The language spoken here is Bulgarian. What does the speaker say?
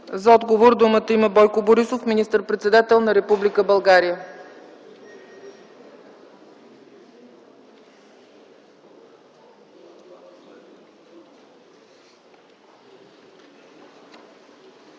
За отговор думата има Бойко Борисов – министър-председател на Република България.